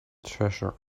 treasure